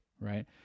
right